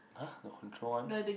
!huh! the control one